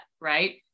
right